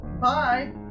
Bye